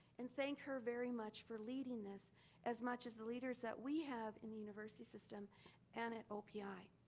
and thank her very much for leading this as much as the leaders that we have in the university system and at opi.